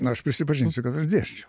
na aš prisipažinsiu kad aš dėsčiau